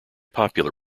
popular